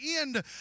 end